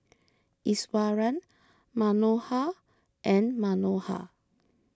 Iswaran Manohar and Manohar